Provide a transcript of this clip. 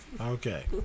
Okay